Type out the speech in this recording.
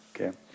okay